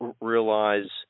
realize